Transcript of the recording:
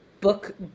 book